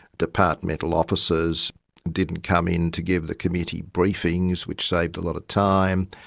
departmental officers didn't come in to give the committee briefings, which saved a lot of time,